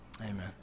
amen